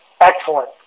excellent